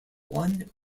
one